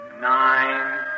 nine